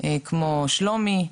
כמו שלומי,